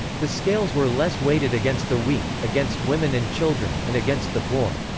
the scales were less weighted against the weak, against women and children, and against the poor.